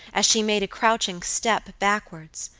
as she made a crouching step backwards.